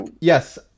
Yes